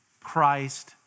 Christ